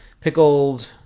Pickled